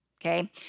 Okay